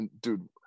dude